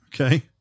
Okay